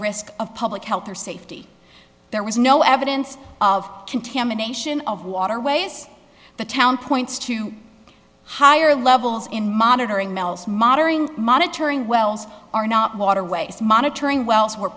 risk of public health or safety there was no evidence of contamination of waterways the town points to higher levels in monitoring mels modern monitoring wells are not waterways monitoring wells were